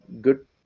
good